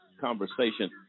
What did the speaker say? conversation